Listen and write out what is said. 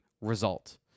result